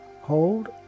Hold